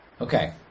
Okay